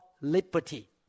liberty